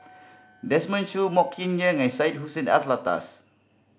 Desmond Choo Mok Ying Jang and Syed Hussein Alatas